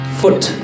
foot